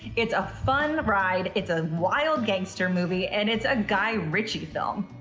it's a fun ride. it's a wild gangster movie and it's a guy ritchie film.